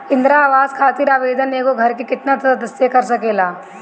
इंदिरा आवास खातिर आवेदन एगो घर के केतना सदस्य कर सकेला?